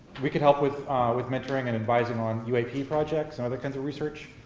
we could help with with mentoring and advising on uap projects and other kinds of research.